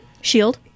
SHIELD